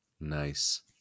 Nice